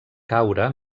caure